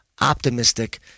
optimistic